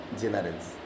generals